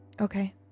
Okay